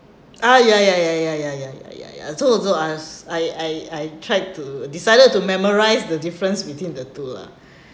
ya ya ya ya so uh so I was I I I tried to decided to memorise the difference between the two lah